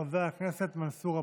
חבר הכנסת מנסור עבאס.